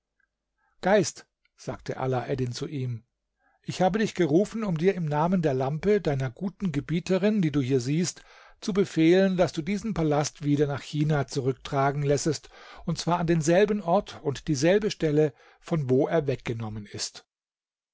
geist sagte alaeddin zu ihm ich habe dich gerufen um dir im namen der lampe deiner guten gebieterin die du hier siehst zu befehlen daß du diesen palast wieder nach china zurücktragen lässest und zwar an denselben ort und dieselbe stelle von wo er weggenommen ist